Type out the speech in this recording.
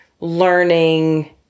learning